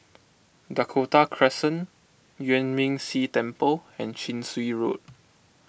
Dakota Crescent Yuan Ming Si Temple and Chin Swee Road